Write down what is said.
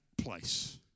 place